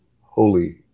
holy